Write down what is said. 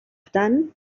tant